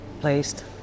placed